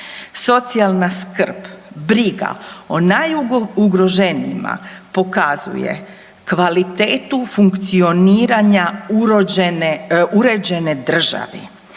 Socijalna skrb, briga o najugroženijima pokazuje kvalitetu funkcioniranja urođene, uređene